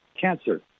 Cancer